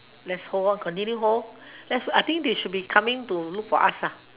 let's hold continue hold let's I think they should be coming to look for us ah